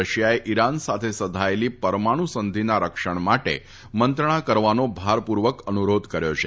રશિયાએ ઈરાન સાથે સધાયેલી પરમાણુ સંધિના રક્ષણ માટે મંત્રણા કરવાનો ભારપૂર્વક અનુરોધ કર્યો છે